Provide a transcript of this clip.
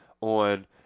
on